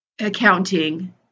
accounting